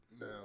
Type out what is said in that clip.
No